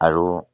আৰু